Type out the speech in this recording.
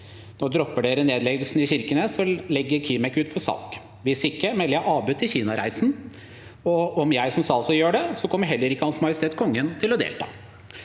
Nå dropper dere nedleggelsen i Kirkenes og legger Kimek ut for salg. Hvis ikke, melder jeg avbud til Kina-reisen, og om jeg som statsråd gjør det, så kommer heller ikke Hans Majestet Kongen til å delta.